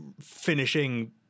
finishing